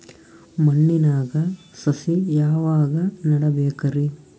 ಮಣ್ಣಿನಾಗ ಸಸಿ ಯಾವಾಗ ನೆಡಬೇಕರಿ?